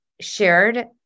shared